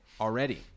already